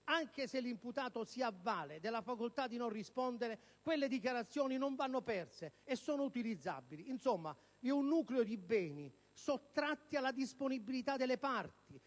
Anche se l'imputato si avvale della facoltà di non rispondere, quelle dichiarazioni non vanno perse e sono utilizzabili. Insomma vi è un nucleo di beni sottratti alla disponibilità delle parti